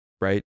Right